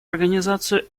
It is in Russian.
организацию